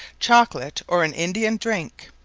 chocolate or, an indian drinke.